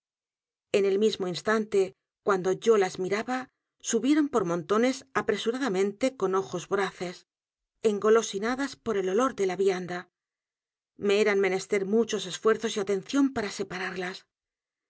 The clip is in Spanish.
n el mismo instante cuando yo las miraba subieron por montones apresuradamente con ojos voraces edgar poe novelas y cuentos engolosinadas por el olor de la vianda me eran m e n e s ter m u c h o s esfuerzos y atención para separarlas